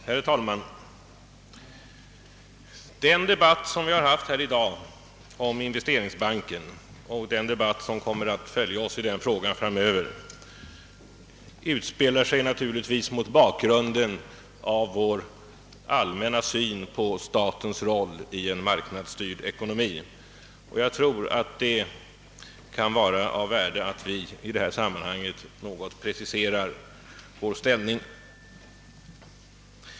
Herr talman! Dagens debatt om investeringsbanken och den debatt som kommer att fortsätta i frågan utspelar sig naturligt nog mot bakgrunden av vår allmänna syn på statens roll i en marknadsstyrd ekonomi. Jag tror att det kan vara av värde att i detta sammanhang något precisera vår inställning.